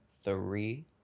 three